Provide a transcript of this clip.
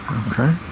okay